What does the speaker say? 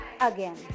again